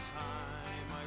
time